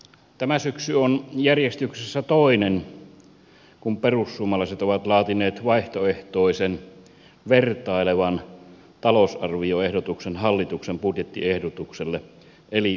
tämä syksy on järjestyksessä toinen kun perussuomalaiset ovat laatineet vaihtoehtoisen vertailevan talousarvioehdotuksen hallituksen budjettiehdotukselle eli varjobudjetin